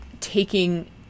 taking